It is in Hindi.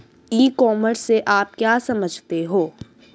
ई कॉमर्स से आप क्या समझते हो?